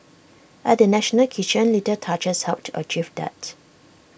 at the national kitchen little touches helped to achieve that